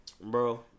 Bro